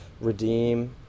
redeem